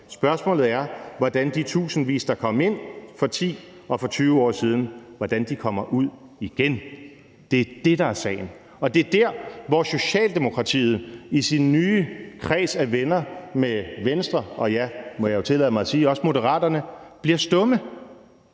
Spørgsmålet er, hvordan de tusindvis, der kom ind for 10 og 20 år siden, kommer ud igen. Det er det, der er sagen. Det er der, hvor Socialdemokratiet i sin nye kreds af venner med Venstre og – må jeg